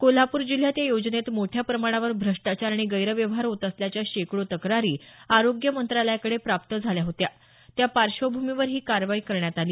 कोल्हापूर जिल्ह्यात या योजनेत मोठ्या प्रमाणावर भ्रष्टाचार आणि गैरव्यवहार होत असल्याच्या शेकडो तक्रारी आरोग्य मंत्रालयाकडे प्राप्त झाल्या होत्या त्या पार्श्वभूमीवर ही कारवाई करण्यात आली